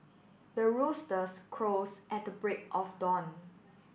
the roosters crows at the break of dawn